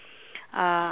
uh